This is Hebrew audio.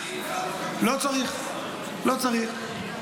לא צריך, לא צריך.